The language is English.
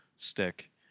stick